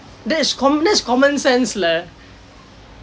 that's common that's common sense lah